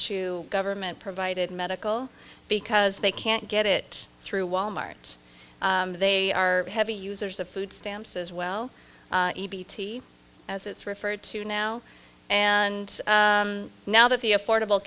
to government provided medical because they can't get it through wal mart they are heavy users of food stamps as well as it's referred to now and now that the affordable